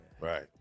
right